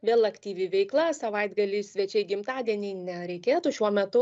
vėl aktyvi veikla savaitgalį svečiai gimtadieniai nereikėtų šiuo metu